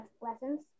lessons